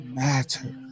matter